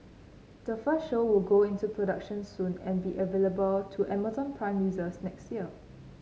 the first show will go into production soon and be available to Amazon Prime users next year